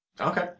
Okay